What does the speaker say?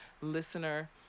listener